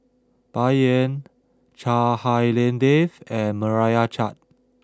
Bai Yan Chua Hak Lien Dave and Meira Chand